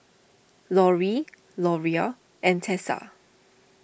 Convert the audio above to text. Loree Loria and Tessa